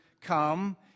come